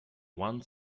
one